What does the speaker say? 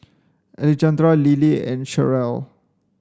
Alejandra Lillie and Cherelle